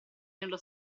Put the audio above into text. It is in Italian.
nello